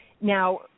Now